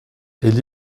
elle